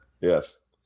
Yes